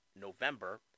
November